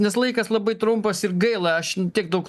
nes laikas labai trumpas ir gaila aš tiek daug